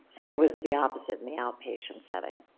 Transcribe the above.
and it was the opposite in the outpatient setting,